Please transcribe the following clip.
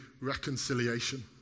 reconciliation